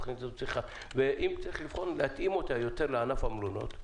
אם צריך להתאים את התכנית יותר לענף המלונאות,